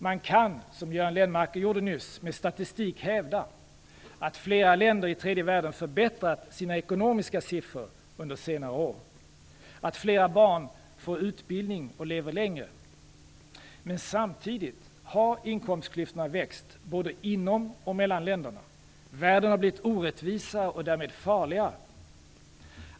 Men kan - som Göran Lennmarker gjorde nyss - med statistik hävda att flera länder i tredje världen förbättrat sina ekonomiska siffror under senare år, att fler barn får utbildning och lever längre. Men samtidigt har inkomstklyftorna växt, både inom och mellan länderna, och världen har blivit orättvisare och därmed farligare.